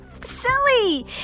silly